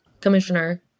commissioner